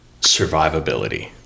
survivability